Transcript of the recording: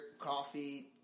coffee